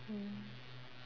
mm